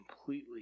completely